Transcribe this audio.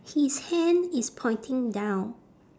his hand is pointing down